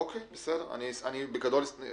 אשמח